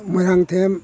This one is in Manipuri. ꯃꯣꯏꯔꯥꯡꯊꯦꯝ